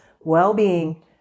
well-being